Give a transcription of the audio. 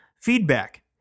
Feedback